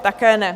Také ne.